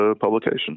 publication